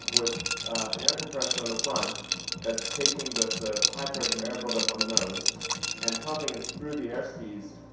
with an air compressor on the front that's taking but the high pressure air build-up on the nose and pumping it through the air skis.